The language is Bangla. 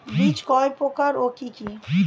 বীজ কয় প্রকার ও কি কি?